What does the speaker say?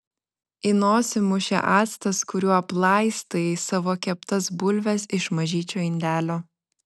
į nosį mušė actas kuriuo aplaistai savo keptas bulves iš mažyčio indelio